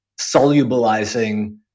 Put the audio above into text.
solubilizing